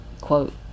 quote